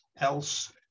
else